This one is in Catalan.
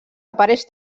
apareix